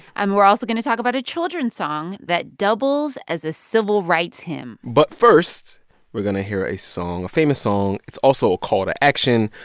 and we're also going to talk about a children's song that doubles as a civil rights hymn but first we're going to hear a song a famous song. it's also a call to action.